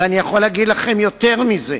ואני יכול להגיד לכם יותר מזה,